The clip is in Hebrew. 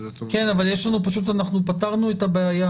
אבל אנחנו פתרנו את הבעיה,